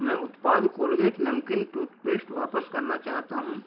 मैं उत्पाद कोलगेट नमकीन टूथपेश्ट वापस करना चाहता हूँ